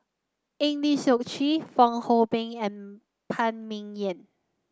Eng Lee Seok Chee Fong Hoe Beng and Phan Ming Yen